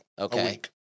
Okay